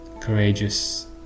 courageous